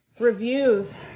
Reviews